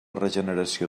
regeneració